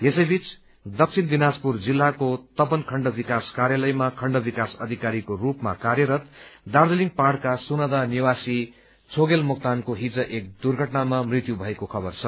यसै बीच दक्षिण दिनाजपुर जिल्लाको तपन खण्ड विकास कार्यालयमा खण्ड विकास अधिकारीको रूपमा कार्यरत दार्जीलिङ पहाड़का सुनादह निवासी छोगेल मोक्तानको हिज एक दुर्घटनामा मृत्यु भएको खबर छ